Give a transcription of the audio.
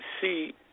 see